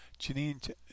Janine